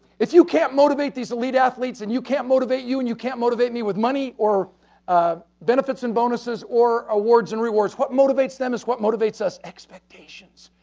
if you can't motivate these elite athletes, and you can't motivate you and you can't motivate me with money, or ah benefits and bonuses, or awards and rewards, what motivates them is what motivates us, expectations.